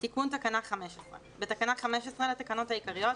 תיקון תקנה 15 בתקנה 15 לתקנות העיקריות,